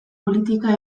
politika